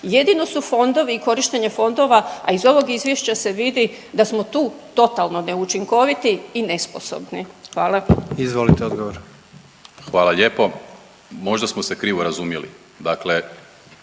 Jedino su fondovi i korištenje fondova, a iz ovog izvješća se vidi da smo tu totalno neučinkoviti i nesposobni. Hvala. **Jandroković, Gordan (HDZ)** Izvolite